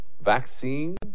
Vaccine